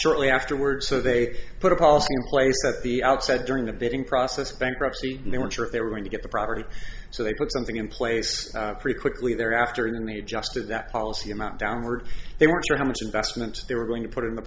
shortly afterwards so they put a policy in place at the outset during the bidding process of bankruptcy and they weren't sure if they were when you get the property so they put something in place pretty quickly thereafter and they just did that policy amount downward they weren't sure how much investment they were going to put in the